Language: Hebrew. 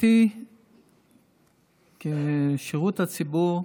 בשירות הציבור,